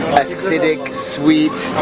acidic. sweet.